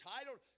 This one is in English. titled